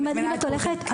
אני מזמינה את כולכם.